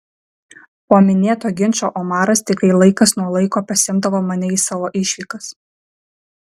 po minėto ginčo omaras tikrai laikas nuo laiko pasiimdavo mane į savo išvykas